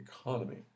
economy